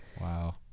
Wow